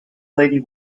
lady